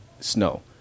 snow